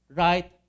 right